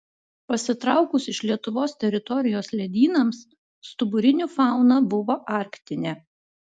pasitraukus iš lietuvos teritorijos ledynams stuburinių fauna buvo arktinė